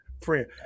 Friend